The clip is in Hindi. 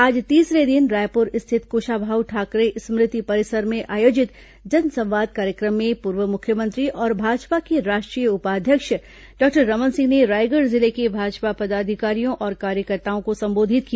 आज तीसरे दिन रायपुर स्थित कुशाभाऊ ठाकरे स्मृति परिसर में आयोजित जनसंवाद कार्यक्रम में पूर्व मुख्यमंत्री और भाजपा के राष्ट्रीय उपाध्यक्ष डॉक्टर रमन सिंह ने रायगढ़ जिले के भाजपा पदाधिकारियों और कार्यकर्ताओं को संबोधित किया